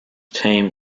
team